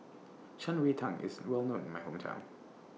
Shan Rui Tang IS Well known in My Hometown